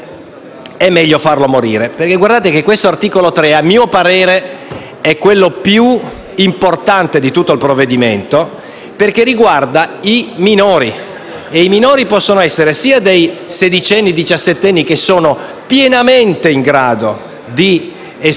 è quello più importante di tutto il provvedimento, perché riguarda i minori e i minori possono essere sia dei sedicenni o diciassettenni, che sono pienamente in grado di esprimere il proprio parere sulle cure,